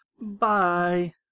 Bye